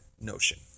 notion